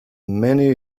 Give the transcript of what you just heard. many